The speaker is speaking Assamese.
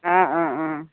অ অ অ